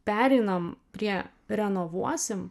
pereinam prie renovuosim